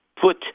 put